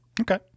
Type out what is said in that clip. Okay